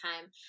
time